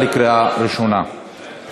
אנחנו